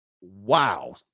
wow